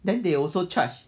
then they also charge